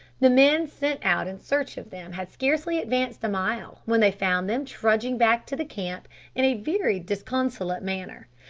the men sent out in search of them had scarcely advanced a mile when they found them trudging back to the camp in a very disconsolate manner.